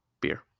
beer